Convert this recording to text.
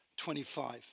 25